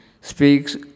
Speaks